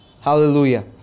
Hallelujah